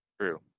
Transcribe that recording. True